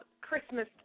Christmas